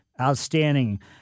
outstanding